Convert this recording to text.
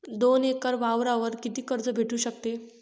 दोन एकर वावरावर कितीक कर्ज भेटू शकते?